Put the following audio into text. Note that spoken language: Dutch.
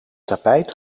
tapijt